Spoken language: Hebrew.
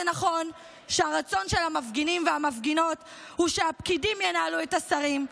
זה נכון שהרצון של המפגינים והמפגינות הוא שהפקידים ינהלו את השרים.